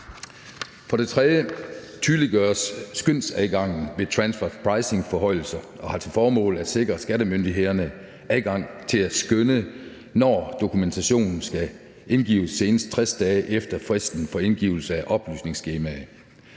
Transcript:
For det tredje tydeliggøres skønsadgangen ved transfer pricing-forhøjelser, og det har til formål at sikre skattemyndighederne adgang til at skønne, når dokumentationen ikke foreligger, og den skal indgives senest 60 dage efter fristen for indgivelse af oplysningsskemaet.